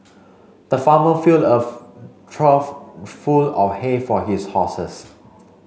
the farmer filled of trough full of hay for his horses